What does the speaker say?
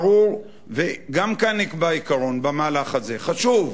ברור, וגם כאן נקבע עיקרון במהלך הזה, חשוב,